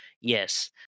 Yes